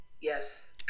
yes